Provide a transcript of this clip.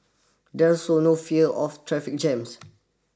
there is also no fear of traffic jams